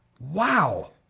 wow